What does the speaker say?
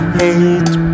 hate